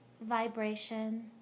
vibration